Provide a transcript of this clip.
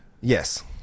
Yes